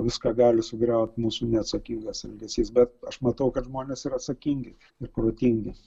viską gali sugriaut mūsų neatsakingas elgesys bet aš matau kad žmonės yra atsakingi ir protingi